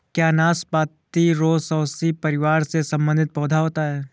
क्या नाशपाती रोसैसी परिवार से संबंधित पौधा होता है?